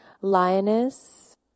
Lioness